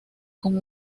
con